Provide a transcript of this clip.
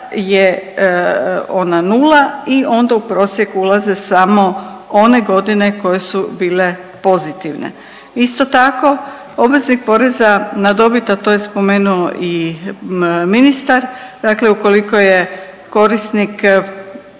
je ona nula i onda u prosjek ulaze samo one godine koje su bile pozitivne. Isto tako, obveznik poreza na dobit a to je spomenuo i ministar, dakle ukoliko je korisnik